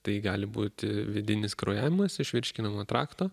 tai gali būti vidinis kraujavimas iš virškinamojo trakto